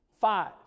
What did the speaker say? Five